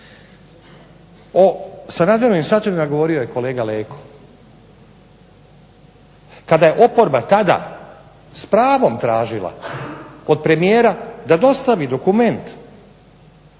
O Sanaderovim satovima je govorio kolega Leko, kada je oporba tada s pravom tražila od premijera da dostavi dokument